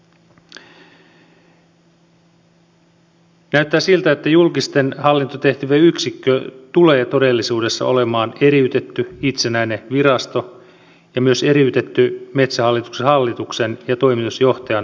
näyttää siltä että julkisten hallintotehtävien yksikkö tulee todellisuudessa olemaan eriytetty itsenäinen virasto ja myös eriytetty metsähallituksen hallituksen ja toimitusjohtajan toimivallasta